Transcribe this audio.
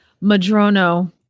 Madrono